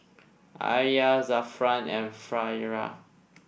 Alya Zafran and Farah